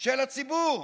של הציבור,